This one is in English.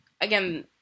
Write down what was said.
again